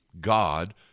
God